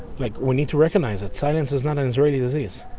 like we need to recognize it. silence is not a israelli disease,